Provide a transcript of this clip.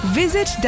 visit